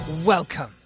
welcome